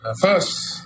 first